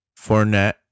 Fournette